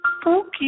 spooky